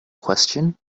question